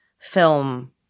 film